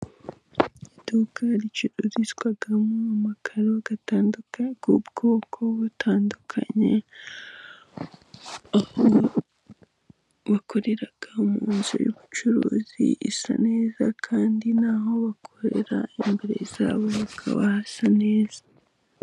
Iduka ricururizwamo amakaro atandukanye y'ubwoko butandukanye, aho bakorera mu nzu y'ubucuruzi isa neza kandi aho bakorera imbere y'abo hakaba hasa neza.